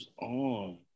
on